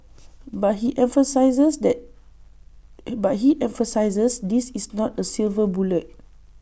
but he emphasises that but he emphasises this is not A silver bullet